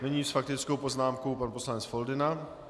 Nyní s faktickou poznámkou pan poslanec Foldyna.